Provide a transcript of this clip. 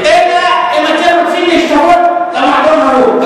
אלא אם אתם רוצים להשתוות למועדון ההוא.